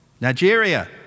Nigeria